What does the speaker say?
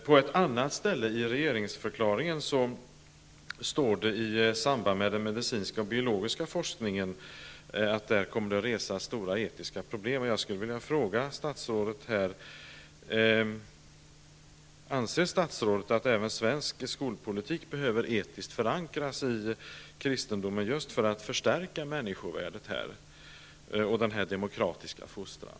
På ett annat ställe i regeringsförklaringen, i samband med vad som står om den medicinska och biologiska forskningen, påpekas att stora etiska problem kommer att uppstå. Jag skulle vilja fråga statrådet: Anser statsrådet att även svensk skolpolitik behöver en etisk förankring i kristendomen, just för att förstärka människovärdet och den demokratiska fostran?